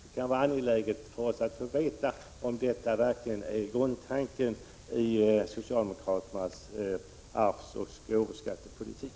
Det kan vara angeläget för oss att få veta om detta verkligen är grundtanken i socialdemokraternas arvsoch gåvoskattepolitik.